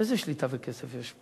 איזה שליטה בכסף יש?